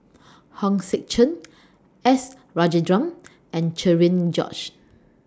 Hong Sek Chern S Rajendran and Cherian George